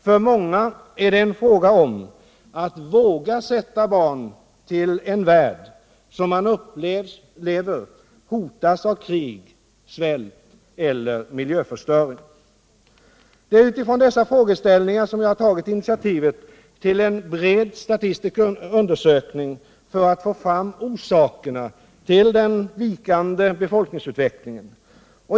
För många är det en fråga om att våga sätta barn till en värld som man upplever hotas av krig, svält eller miljöförstöring. Jag har utifrån dessa frågeställningar tagit initiativet till en bred statistisk undersökning för att få fram orsakerna till den vikande befolkningsutvecklingen.